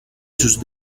sus